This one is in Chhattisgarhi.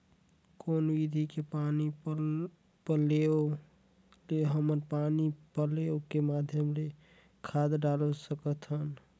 कौन विधि के पानी पलोय ले हमन पानी पलोय के माध्यम ले खाद डाल सकत हन?